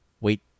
wait